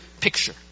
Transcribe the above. picture